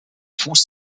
fuß